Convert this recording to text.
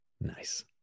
nice